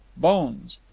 bones.